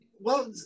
well-